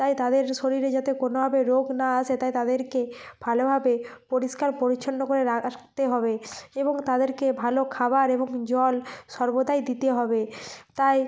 তাই তাদের শরীরে যাতে কোনোভাবে রোগ না আসে তাই তাদেরকে ভালোভাবে পরিষ্কার পরিচ্ছন্ন করে রাখতে হবে এবং তাদেরকে ভালো খাবার এবং জল সর্বদাই দিতে হবে তাই